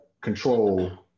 control